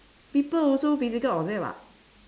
people also physical object [what]